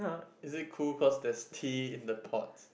is it cool cause there's tea in the pot